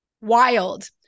Wild